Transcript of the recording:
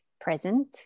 present